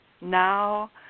now